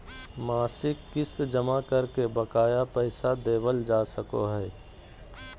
मासिक किस्त जमा करके बकाया पैसा देबल जा सको हय